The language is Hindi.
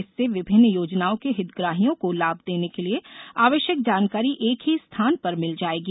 इससे विभिन्न योजनाओं के हितग्राहियों को लाभ देने के लिए आवश्यक जानकारी एक ही स्थान पर मिल जाएगी